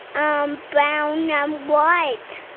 um brown and white,